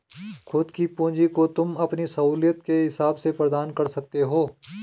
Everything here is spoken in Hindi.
खुद की पूंजी को तुम अपनी सहूलियत के हिसाब से प्रदान कर सकते हो